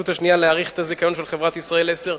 השנייה להאריך את הזיכיון של חברת "ישראל 10"